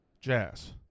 Jazz